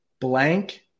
blank